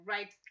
Right